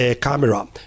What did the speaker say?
camera